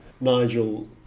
Nigel